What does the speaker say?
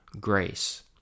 grace